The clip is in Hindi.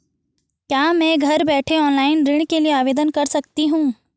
क्या मैं घर बैठे ऑनलाइन ऋण के लिए आवेदन कर सकती हूँ?